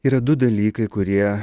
yra du dalykai kurie